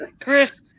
chris